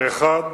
האחד,